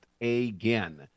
again